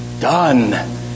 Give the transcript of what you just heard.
done